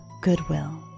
Goodwill